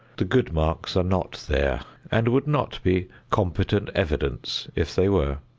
the good marks are not there and would not be competent evidence if they were.